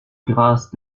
grâce